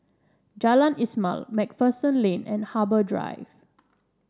Jalan Ismail MacPherson Lane and Harbour Drive